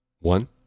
One